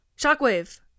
Shockwave